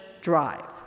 drive